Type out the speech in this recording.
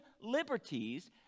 liberties